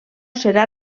serà